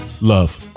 love